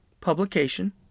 publication